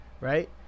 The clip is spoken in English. Right